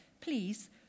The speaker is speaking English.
Please